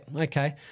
okay